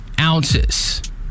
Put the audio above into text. ounces